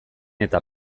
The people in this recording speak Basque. eta